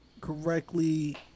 correctly